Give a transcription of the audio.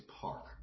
Park